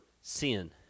sin